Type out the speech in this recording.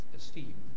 esteem